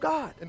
God